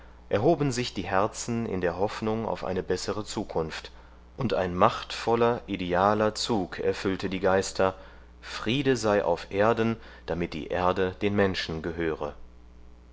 erhoben sich die herzen in der hoffnung auf eine bessere zukunft und ein machtvoller idealer zug erfüllte die geister friede sei auf erden damit die erde den menschen gehöre